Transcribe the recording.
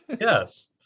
Yes